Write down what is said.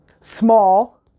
small